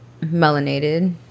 melanated